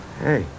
hey